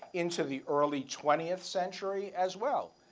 into the early twentieth century, as well,